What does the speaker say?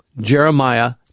Jeremiah